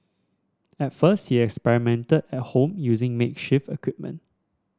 at first he experimented at home using makeshift equipment